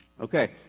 Okay